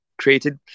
created